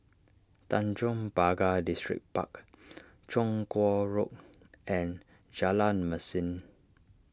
Tanjong Pagar Distripark Chong Kuo Road and Jalan Mesin